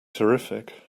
terrific